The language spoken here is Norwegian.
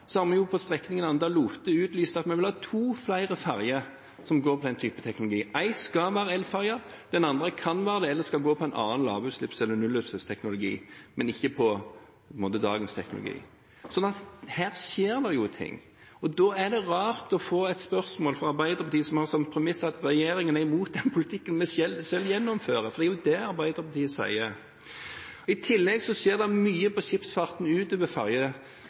har vi på strekningen Anda–Lote utlyst at vi vil ha to ferger til som går på den type teknologi. Én skal være en elferge. Den andre kan være det, eller den skal gå på en annen lavutslipps- eller nullutslippsteknologi, men ikke på dagens teknologi. Her skjer det jo ting. Da er det rart å få et spørsmål fra Arbeiderpartiet som har som premiss at regjeringen er imot den politikken den selv gjennomfører, for det er jo det Arbeiderpartiet sier. I tillegg skjer det mye på skipsfarten utover fergesektoren. På næringsministerens felt kan jeg nevne at det